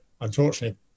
unfortunately